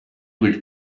will